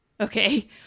okay